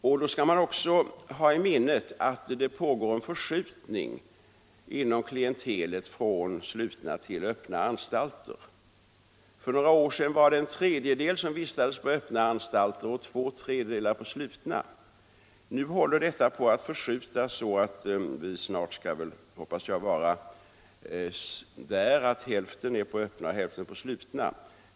Man skall också ha i minnet att det pågår en förskjutning inom klientelet från slutna till öppna anstalter. För några år sedan vistades en tredjedel av klientelet på öppna anstalter och två tredjedelar på slutna anstalter. Nu håller detta på att förskjutas så att vi snart, hoppas jag, skall ha hälften på öppna och hälften på slutna anstalter.